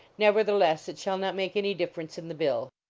nevertheless, it shall not make any difference in the bill.